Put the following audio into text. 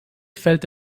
felt